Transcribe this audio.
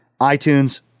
iTunes